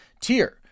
tier